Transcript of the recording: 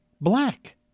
black